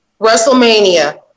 WrestleMania